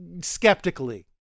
skeptically